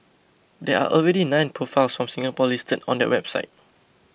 there are already nine profiles from Singapore listed on that website